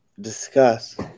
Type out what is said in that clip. discuss